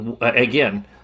again